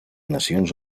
nacions